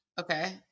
Okay